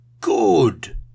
good